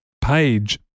page